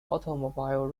automobile